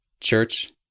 Church